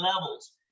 levels